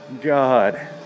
God